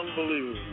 Unbelievable